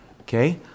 Okay